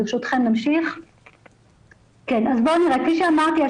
כפי שאמרתי,